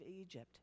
Egypt